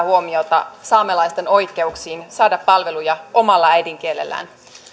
huomiota saamelaisten oikeuksiin saada palveluja omalla äidinkielellään